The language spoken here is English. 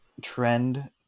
trend